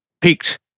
peaked